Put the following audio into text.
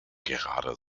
gerade